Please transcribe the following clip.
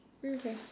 okay